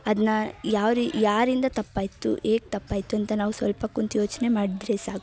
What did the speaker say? ಅದ್ನ ಯಾವ್ರೀ ಯಾರಿಂದ ತಪ್ಪಾಯಿತು ಹೇಗೆ ತಪ್ಪಾಯಿತು ಅಂತ ನಾವು ಸ್ವಲ್ಪ ಕುಂತು ಯೋಚನೆ ಮಾಡಿದ್ದರೆ ಸಾಕು